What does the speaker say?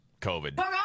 COVID